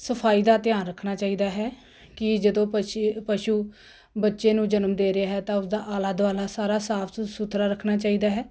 ਸਫਾਈ ਦਾ ਧਿਆਨ ਰੱਖਣਾ ਚਾਹੀਦਾ ਹੈ ਕਿ ਜਦੋਂ ਪਸ਼ ਪਸ਼ੂ ਬੱਚੇ ਨੂੰ ਜਨਮ ਦੇ ਰਿਹਾ ਹੈ ਤਾਂ ਉਸਦਾ ਆਲਾ ਦੁਆਲਾ ਸਾਰਾ ਸਾਫ ਸੁਥਰਾ ਰੱਖਣਾ ਚਾਹੀਦਾ ਹੈ